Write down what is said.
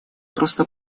просто